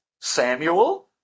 Samuel